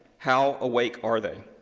how awake are they?